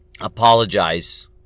apologize